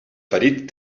ferit